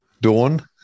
Dawn